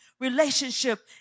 relationship